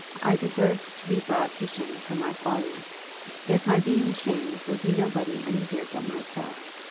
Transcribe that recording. i deserve to be brought to shame for my folly yet my being ashamed will do nobody any good but myself.